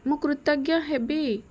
ମୁଁ କୃତଜ୍ଞ ହେବି